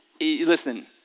listen